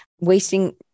Wasting